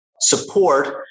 support